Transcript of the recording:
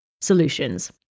solutions